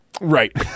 Right